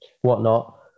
whatnot